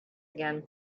again